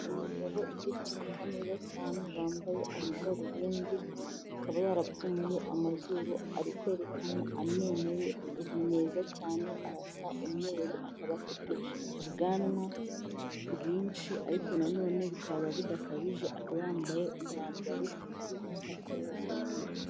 Umugabo uri guseka neza cyane wambaye amadarubindi akaba yarapfumuye amazuru ari kwerekana amenyo ye ni meza cyane arasa umweru akaba afite ubwanwa bwinshi ariko nanone bukaba budakabije akaba yambaye umwambaro uri gusa ibara ry'umweru.